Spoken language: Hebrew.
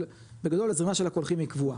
אבל בגדול הזרימה של הקולחים היא קבועה.